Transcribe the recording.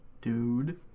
Dude